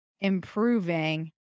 improving